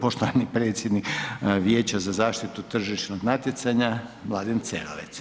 Poštovani predsjednik Vijeća za zaštitu tržišnog natjecanja Mladen Cerovac.